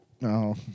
No